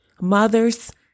Mothers